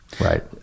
Right